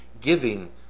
giving